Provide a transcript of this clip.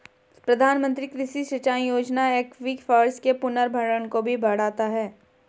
प्रधानमंत्री कृषि सिंचाई योजना एक्वीफर्स के पुनर्भरण को भी बढ़ाता है